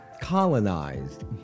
colonized